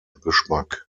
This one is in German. geschmack